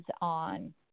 on